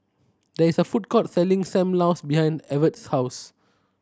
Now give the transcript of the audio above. there is a food court selling Sam Lau behind Evert's house